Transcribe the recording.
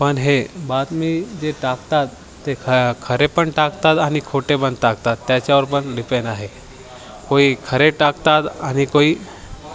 पण हे बातमी जे टाकतात ते ख खरेपण टाकतात आणि खोटेपण टाकतात त्याच्यावरपण डिपेड आहे कोणी खरे टाकतात आणि कोणी